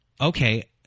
okay